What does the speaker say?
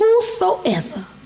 whosoever